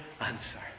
answer